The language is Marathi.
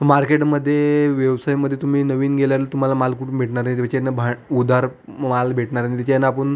मार्केटमध्ये व्यवसायमध्ये तुम्ही नवीन गेल्याल तुम्हाला माल कुठून भेटणार आहे ज्याच्यातनं भाण उधार माल भेटणार आणि त्याच्या यानं आपण